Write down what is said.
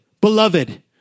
beloved